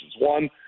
One